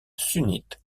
sunnite